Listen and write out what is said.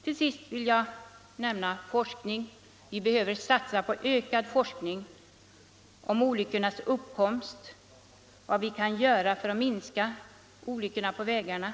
Till sist, herr talman, vill jag framhålla att vi måste satsa på ökad forskning om olyckornas uppkomst och vad vi kan göra för att minska antalet olyckor på vägarna.